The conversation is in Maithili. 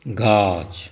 गाछ